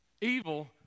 Evil